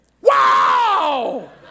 Wow